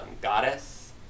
Goddess